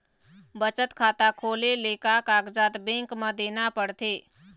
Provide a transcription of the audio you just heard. बचत खाता खोले ले का कागजात बैंक म देना पड़थे?